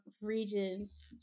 regions